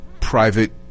private